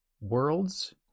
worlds